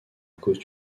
cause